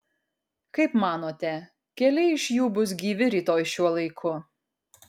kaip manote keli iš jų bus gyvi rytoj šiuo laiku